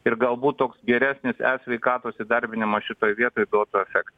ir galbūt toks geresnis e sveikatos įdarbinimas šitoj vietoj duotų efektą